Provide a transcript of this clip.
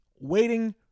waiting